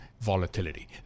volatility